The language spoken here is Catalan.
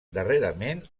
darrerament